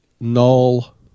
null